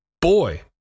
Boy